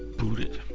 booted.